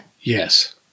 Yes